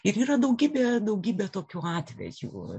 ir yra daugybė daugybė tokių atvejų